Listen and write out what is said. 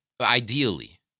ideally